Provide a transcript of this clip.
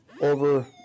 over